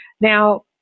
Now